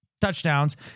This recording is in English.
touchdowns